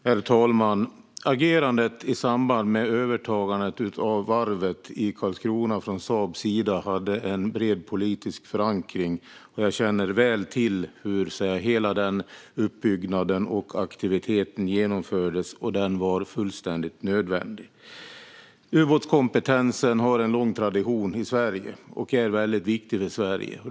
Herr talman! Agerandet i samband med övertagandet av varvet i Karlskrona från Saabs sida hade en bred politisk förankring. Jag känner väl till hur hela den uppbyggnaden och aktiviteten genomfördes, och de var fullständigt nödvändiga. Ubåtskompetensen har en lång tradition i Sverige och är väldigt viktig för Sverige.